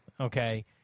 Okay